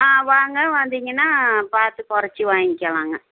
ஆ வாங்க வந்தீங்கன்னால் பார்த்து குறைச்சி வாங்கிக்கலாங்க